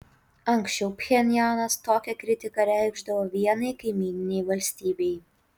anksčiau pchenjanas tokią kritiką reikšdavo vienai kaimyninei valstybei